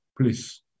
please